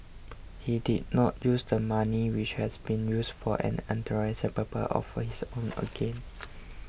he did not use the money which has been used for an unauthorised purpose of his own gain